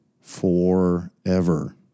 forever